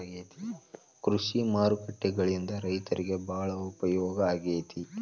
ಕೃಷಿ ಮಾರುಕಟ್ಟೆಗಳಿಂದ ರೈತರಿಗೆ ಬಾಳ ಉಪಯೋಗ ಆಗೆತಿ